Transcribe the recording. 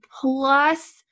plus